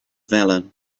valour